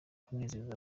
kunezeza